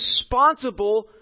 responsible